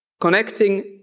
connecting